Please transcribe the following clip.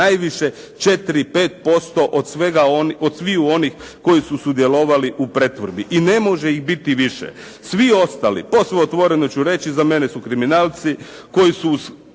najviše 4, 5% od sviju onih koji su sudjelovali u pretvorbi, i ne može ih biti više. Svi ostali posve otvoreno ću reći, za mene su kriminalci, koji su